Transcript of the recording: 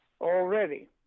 already